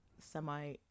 semi-